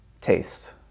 taste